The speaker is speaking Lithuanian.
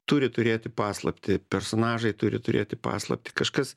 turi turėti paslaptį personažai turi turėti paslaptį kažkas